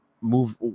move